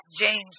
James